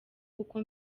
kuko